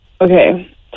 Okay